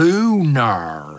Lunar